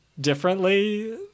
differently